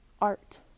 art